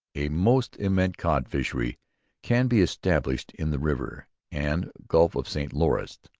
a most immense cod fishery can be established in the river and gulph of st lawrence.